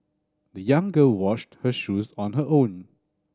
the young girl washed her shoes on her own